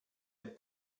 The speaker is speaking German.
ein